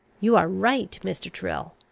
you are right, mr. tyrrel.